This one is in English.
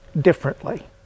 differently